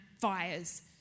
fires